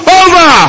over